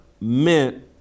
meant